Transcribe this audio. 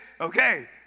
Okay